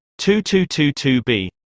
2222B